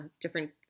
different